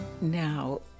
Now